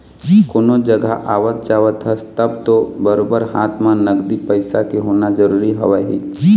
कोनो जघा आवत जावत हस तब तो बरोबर हाथ म नगदी पइसा के होना जरुरी हवय ही